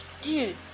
dude